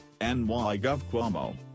NYGovCuomo